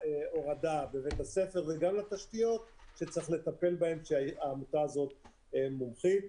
בהורדה בבית הספר וגם לתשתיות שצריך לטפל בהן והעמותה הזאת מומחית בזה.